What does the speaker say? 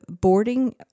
boarding